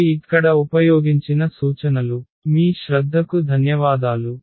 ఇవి ఇక్కడ ఉపయోగించిన సూచనలు మీ శ్రద్ధకు ధన్యవాదాలు